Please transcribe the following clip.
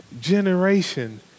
generation